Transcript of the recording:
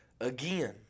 again